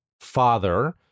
father